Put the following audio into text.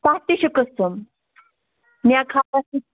تَتھ تہِ چھِ قٕسٕم مےٚ خبر چھِ